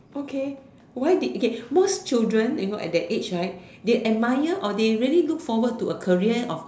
okay why did okay most children you know at that age right they admire or they really look forward to a career of